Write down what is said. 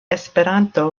esperanto